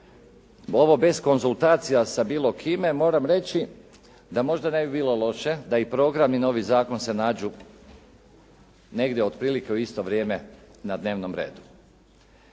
ovo bez konzultacija sa bilo kime moram reći da možda ne bi bilo loše da i program i novi zakon se nađu negdje otprilike u isto vrijeme na dnevnom redu.